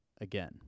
again